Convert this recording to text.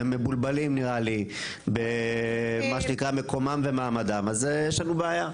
והם מבולבלים במקומם ומעמדם אז יש לנו בעיה.